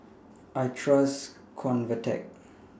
I Trust Convatec